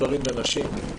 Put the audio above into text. גברים ונשים.